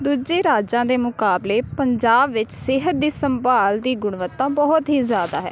ਦੂਜੇ ਰਾਜਾਂ ਦੇ ਮੁਕਾਬਲੇ ਪੰਜਾਬ ਵਿੱਚ ਸਿਹਤ ਦੀ ਸੰਭਾਲ ਦੀ ਗੁਣਵੱਤਾ ਬਹੁਤ ਹੀ ਜ਼ਿਆਦਾ ਹੈ